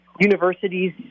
universities